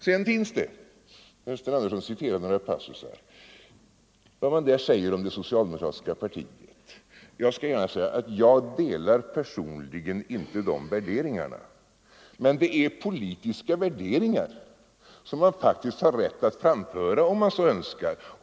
Herr Sten Andersson citerade några passusar ur promemorian, där man talar om det socialdemokratiska partiet. Jag delar personligen inte de värderingarna, men det är fråga om politiska värderingar, som man faktiskt har rätt att framföra om man så önskar.